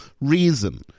reason